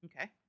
okay